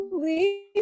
please